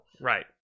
Right